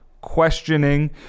questioning